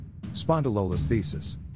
spondylolisthesis